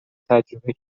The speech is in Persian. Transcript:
تجربه